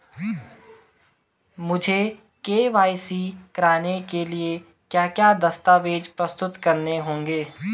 मुझे के.वाई.सी कराने के लिए क्या क्या दस्तावेज़ प्रस्तुत करने होंगे?